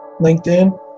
LinkedIn